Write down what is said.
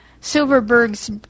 Silverberg's